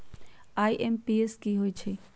IMPS की होईछइ?